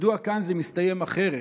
מדוע כאן זה מסתיים אחרת?